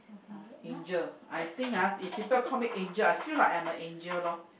uh Angel I think ah if people call me Angel I feel I am a Angel loh